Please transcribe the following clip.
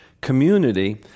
community